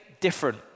different